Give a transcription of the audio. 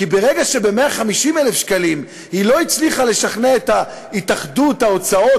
כי ברגע שב-150,000 שקלים היא לא הצליחה לשכנע את התאחדות ההוצאות,